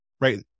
right